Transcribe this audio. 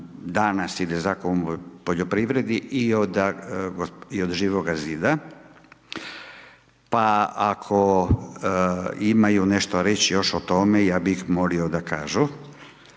danas ide Zakon o poljoprivredi i od Živoga Zida, pa ako imaju nešto reći još o tome, ja bih molio da kažu.